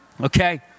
Okay